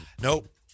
Nope